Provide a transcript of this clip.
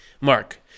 Mark